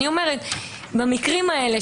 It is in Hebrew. אני אומרת במקרים האלה,